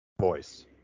voice